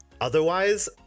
Otherwise